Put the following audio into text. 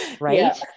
Right